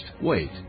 Wait